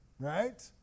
Right